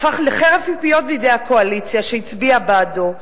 הפך לחרב פיפיות בידי הקואליציה שהצביעה בעדו.